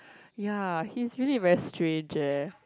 ya he is really very strange eh